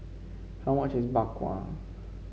how much is Bak Kwa